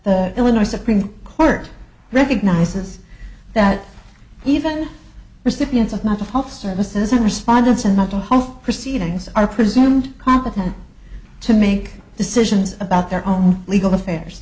the illinois supreme court recognizes that even recipients of mental health services and respondents and mental health proceedings are presumed competent to make decisions about their own legal affairs